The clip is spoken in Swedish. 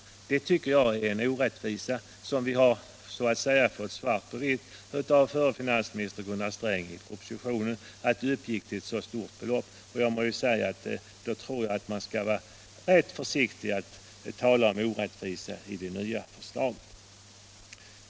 Det tycker jag är en orättvisa, och vi har fått svart på vitt av förre finansministern Gunnar Sträng att inbetalningen uppgick till ett så högt belopp. Då tror jag man skall vara rätt försiktig med att tala om orättvisor i det nya förslaget.